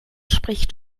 spricht